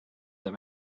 that